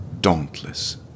dauntless